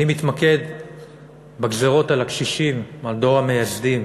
אני מתמקד בגזירות על הקשישים, על דור המייסדים,